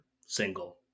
single